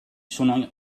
sono